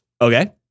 Okay